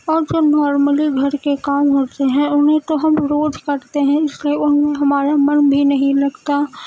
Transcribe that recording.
اور جو نارملی گھر کے کام ہوتے ہیں انہیں تو ہم روز کرتے ہیں جس سے ان میں ہمارا من بھی نہیں لگتا